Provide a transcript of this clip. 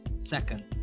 second